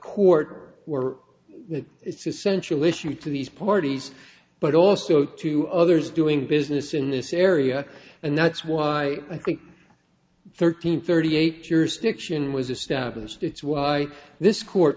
essential issue to these parties but also to others doing business in this area and that's why i think thirteen thirty eight jurisdiction was established it's why this court